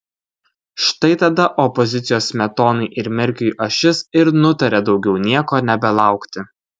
štai tada opozicijos smetonai ir merkiui ašis ir nutarė daugiau nieko nebelaukti